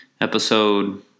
episode